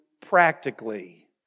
practically